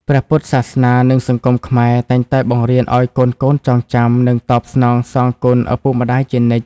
ព្រះពុទ្ធសាសនា និងសង្គមខ្មែរតែងតែបង្រៀនឲ្យកូនៗចងចាំ និងតបស្នងសងគុណឪពុកម្តាយជានិច្ច។